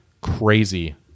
crazy